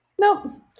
No